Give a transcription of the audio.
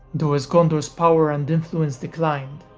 though as gondor's power and influence declined,